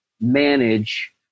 manage